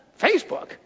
Facebook